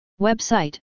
Website